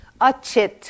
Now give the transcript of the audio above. Achit